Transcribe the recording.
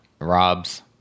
rob's